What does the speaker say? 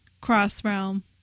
cross-realm